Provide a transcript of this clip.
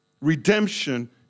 Redemption